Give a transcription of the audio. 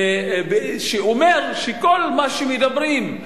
שאומר שכל מה שמדברים,